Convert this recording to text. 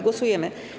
Głosujemy.